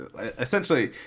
essentially